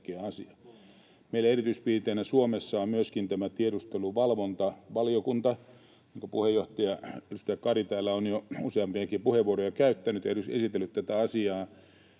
Meillä erityispiirteenä Suomessa on myöskin tämä tiedusteluvalvontavaliokunta, jonka puheenjohtaja, edustaja Kari täällä on jo useampiakin puheenvuoroja käyttänyt ja esitellyt tätä asiaa.